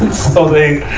so they,